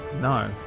No